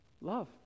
Love